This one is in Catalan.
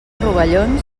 rovellons